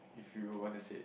if you want to say